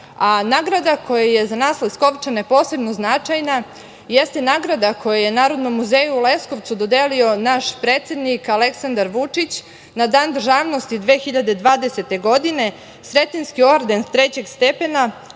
nagrada koja je za nas Leskovčane posebno značajna, jeste nagrada koja je Narodnom muzeju u Leskovcu dodelio naš predsednik Aleksandar Vučić na Dan državnosti 2020. godine, Sretenski orden trećeg stepena